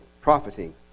Profiting